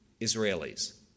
Israelis